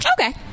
Okay